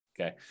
okay